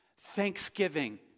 Thanksgiving